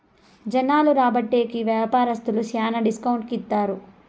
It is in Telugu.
జనాలు రాబట్టే కి వ్యాపారస్తులు శ్యానా డిస్కౌంట్ కి ఇత్తారు